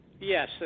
Yes